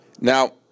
Now